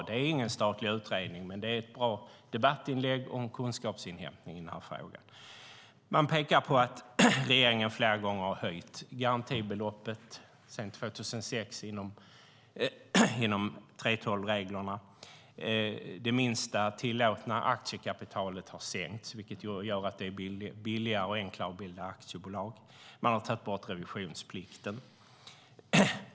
Det är ingen statlig utredning, men det är ett bra debattinlägg och en kunskapsinhämtning i den här frågan. Man pekar på att regeringen flera gånger har höjt garantibeloppet sedan 2006 inom 3:12-reglerna. Det minsta tillåtna aktiekapitalet har sänkts, vilket gör att det är billigare och enklare att bilda aktiebolag. Man har tagit bort revisionsplikten.